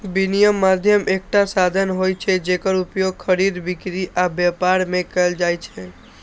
विनिमय माध्यम एकटा साधन होइ छै, जेकर उपयोग खरीद, बिक्री आ व्यापार मे कैल जाइ छै